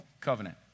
covenant